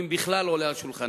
אם בכלל זה עולה על שולחנם.